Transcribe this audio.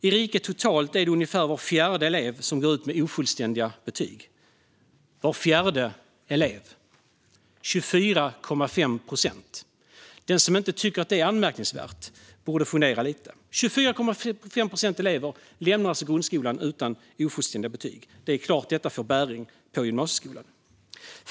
I riket totalt är det ungefär var fjärde elev som går ut med ofullständiga betyg - 24,5 procent. Den som inte tycker att detta är anmärkningsvärt borde fundera lite grann. 24,5 procent elever lämnar alltså grundskolan med ofullständiga betyg. Det är klart att detta får bäring på gymnasieskolan.